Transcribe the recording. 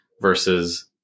versus